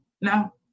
No